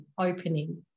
opening